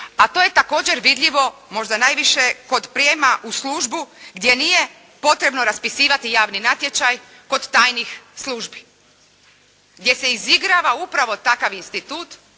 A to je također vidljivo možda najviše kod prijema u službu gdje nije potrebno raspisivati javni natječaj kod tajnih službi, gdje se izigrava upravo takav institut,